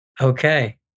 Okay